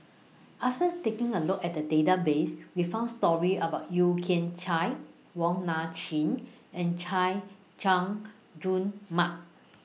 after taking A Look At The Database We found stories about Yeo Kian Chai Wong Nai Chin and Chay Jung Jun Mark